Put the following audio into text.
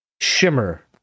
shimmer